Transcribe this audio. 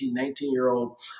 19-year-old